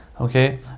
Okay